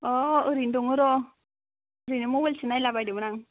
अ' ओरैनो दङ र' ओरैनो मबाइलसो नायला बायदोंमोन आं